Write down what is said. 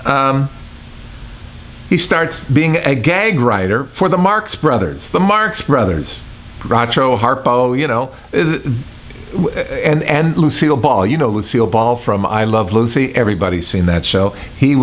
he starts being a gag writer for the marx brothers the marx brothers bracero harpo you know and lucille ball you know lucille ball from i love lucy everybody seen that show he